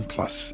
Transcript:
Plus